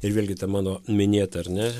ir vėlgi ta mano minėta ar ne